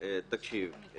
תקשיב,